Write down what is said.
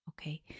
Okay